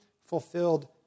fulfilled